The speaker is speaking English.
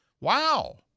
Wow